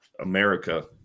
America